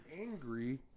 angry